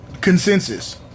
Consensus